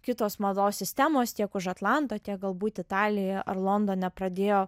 kitos mados sistemos tiek už atlanto tiek galbūt italijoje ar londone pradėjo